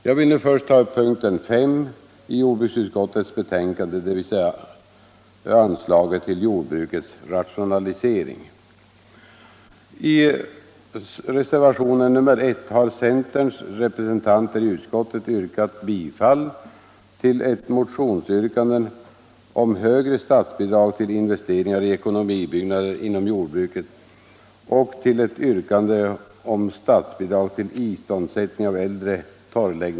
Jag vill först ta upp punkten 5 i jordbruksutskottets betänkande, dvs. anslaget till jordbrukets rationalisering.